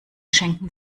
schenken